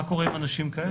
מה קורה עם אנשים כאלה?